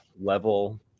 level